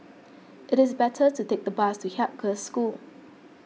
it is better to take the bus to Haig Girls' School